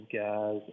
guys